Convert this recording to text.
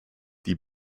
die